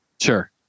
Sure